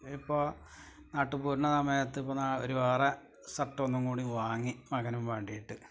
ഇപ്പോ നാട്ടുപോരണ സമയത്ത് ഇപ്പോൾ ഒരു വേറെ സര്ട്ട് ഒന്ന് കൂടി വാങ്ങി മകനും വേണ്ടിയിട്ട്